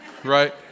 right